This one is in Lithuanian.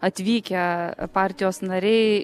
atvykę partijos nariai